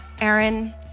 Aaron